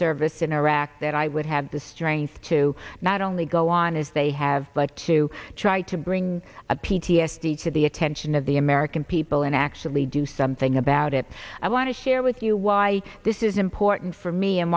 service in iraq that i would have the strength to not only go on as they have but to try to bring a p t s d to the attention of the american people and actually do something about it i want to share with you why this is important for me and